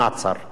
מי מחליט?